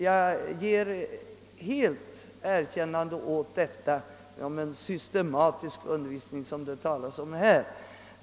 Jag ger mitt fulla erkännande åt den systematiska undervisning som det talas om här.